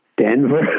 Denver